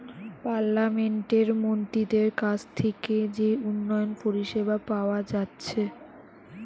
পার্লামেন্টের মন্ত্রীদের কাছ থিকে যে উন্নয়ন পরিষেবা পাওয়া যাচ্ছে